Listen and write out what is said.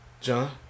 john